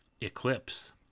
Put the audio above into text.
eclipse